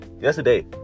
Yesterday